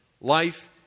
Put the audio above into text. Life